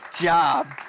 job